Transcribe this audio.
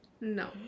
no